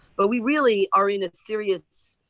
but we really are in a serious